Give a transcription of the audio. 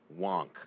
wonk